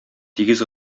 тигез